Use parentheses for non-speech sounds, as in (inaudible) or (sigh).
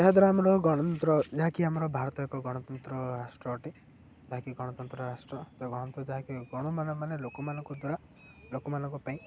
ଏହାଦ୍ୱାରା ଆମର ଗଣତନ୍ତ୍ର ଯାହାକି ଆମର ଭାରତ ଏକ ଗଣତନ୍ତ୍ର ରାଷ୍ଟ୍ର ଅଟେ ଯାହାକି ଗଣତନ୍ତ୍ର ରାଷ୍ଟ୍ର (unintelligible) ଗଣ ଯାହାକି ଗଣ ମାନେ ମାନେ ଲୋକମାନଙ୍କ ଦ୍ୱାରା ଲୋକମାନଙ୍କ ପାଇଁ